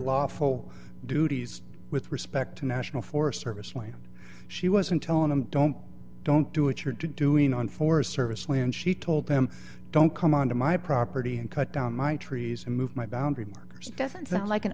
lawful duties with respect to national forest service land she wasn't telling them don't don't do it you're doing on forest service land she told them don't come on to my property and cut down my trees and move my boundary markers doesn't sound like an